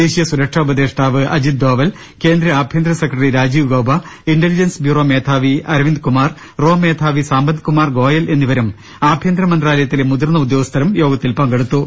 ദേശീയ സുരക്ഷാ ഉപദേഷ്ടാവ് അജിത് ഡോവൽ കേന്ദ്ര ആഭ്യന്തര secretary Rajiv Gauba intelligence bureau മേധാവി അരവിന്ദ്കുമാർ റോ മേധാവി സാമന്ത്കുമാർ ഗോയൽ എന്നിവരും ആഭ്യ ന്തരമന്ത്രാലയത്തിലെ മുതിർന്ന ഉദ്യോഗസ്ഥരും യോഗത്തിൽ പങ്കെടുത്തു